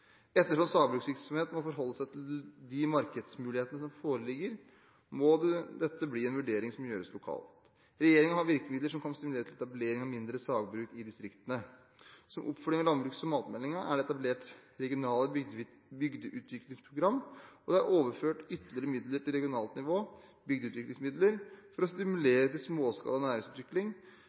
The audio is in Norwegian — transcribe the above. Ettersom sagbruksvirksomhet må forholde seg til de markedsmulighetene som foreligger, må dette bli en vurdering som gjøres lokalt. Regjeringen har virkemidler som kan stimulere til etablering av mindre sagbruk i distriktene. Som oppfølging av landbruks- og matmeldingen er det etablert regionale bygdeutviklingsprogrammer, og det er overført ytterligere midler til regionalt nivå – bygdeutviklingsmidler – for å stimulere til småskala næringsutvikling